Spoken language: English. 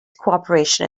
cooperation